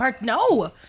No